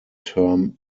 term